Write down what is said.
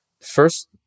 First